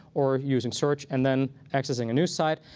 or using search and then accessing a news site.